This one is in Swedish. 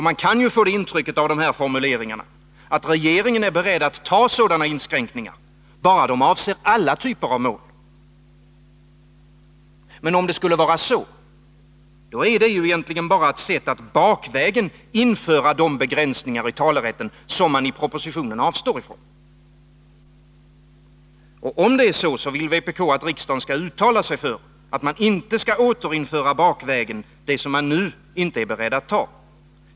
Man kan få det intrycket från de här formuleringarna att regeringen är beredd att ta sådana inskränkningar bara de avser alla typer av mål. Men om det skulle vara så, då är det ju egentligen bara ett sätt att bakvägen införa de begränsningar av talerätten som man i propositionen avstår från. Och om det är så, vill vpk att riksdagen skall uttala sig för att man inte skall återinföra bakvägen det som man nu inte är beredd att ta.